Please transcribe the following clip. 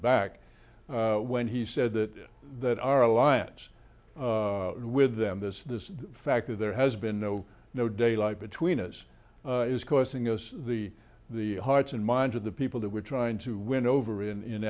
back when he said that that our alliance with them this this fact that there has been no no daylight between us is causing us the the hearts and minds of the people that we're trying to win over in in